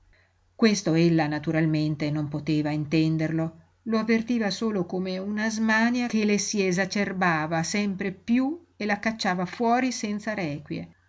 stata questo ella naturalmente non poteva intenderlo lo avvertiva solo come una smania che le si esacerbava sempre piú e la cacciava fuori senza requie